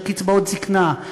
של קצבאות זיקנה,